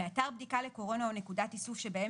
באתר בדיקה לקורונה או נקודת איסוף שבהם